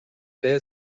بهت